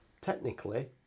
technically